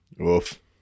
Oof